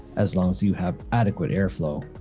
as long as you have adequate airflow.